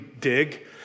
dig